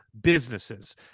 businesses